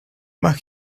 but